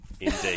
Indeed